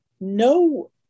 no